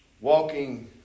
walking